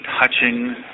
touching